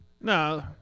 No